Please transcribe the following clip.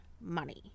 money